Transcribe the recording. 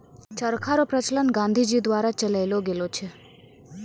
चरखा रो प्रचलन गाँधी जी द्वारा चलैलो गेलो छै